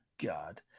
God